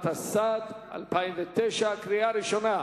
התשס"ט 2009, קריאה ראשונה.